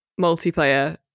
multiplayer